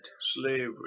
slavery